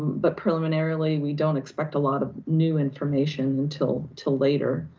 but preliminarily, we don't expect a lot of new information until, till later.